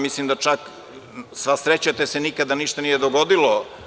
Mislim da čak, sva sreća te se nikada ništa nije dogodilo.